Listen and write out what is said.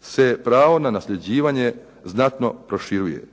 se pravo na nasljeđivanje znatno proširuje.